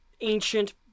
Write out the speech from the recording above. ancient